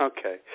Okay